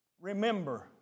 remember